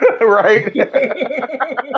Right